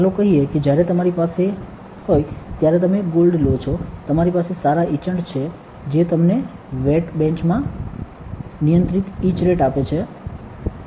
ચાલો કહો કે જ્યારે તમારી પાસે હોય ત્યારે તમે ગોલ્ડ લો છો તમારી પાસે સારા ઇચંટ છે જે તમને વેટ બેંચ માં નિયંત્રિત ઇચ રેટ આપે છે